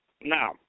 Now